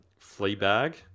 Fleabag